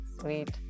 Sweet